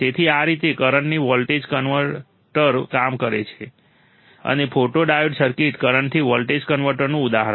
તેથી આ રીતે કરંટથી વોલ્ટેજ કન્વર્ટર કામ કરે છે અને ફોટોડાયોડ સર્કિટ કરંટથી વોલ્ટેજ કન્વર્ટરનું ઉદાહરણ છે